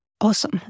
Awesome